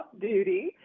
duty